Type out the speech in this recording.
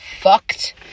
Fucked